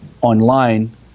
online